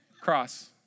cross